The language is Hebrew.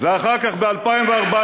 ואחר כך ב-2014,